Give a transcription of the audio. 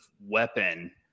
weapon